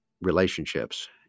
relationships